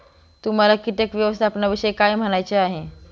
तुम्हाला किटक व्यवस्थापनाविषयी काय म्हणायचे आहे?